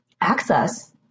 access